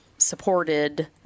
supported